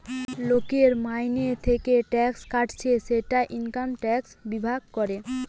লোকের মাইনে থিকে ট্যাক্স কাটছে সেটা ইনকাম ট্যাক্স বিভাগ করে